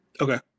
Okay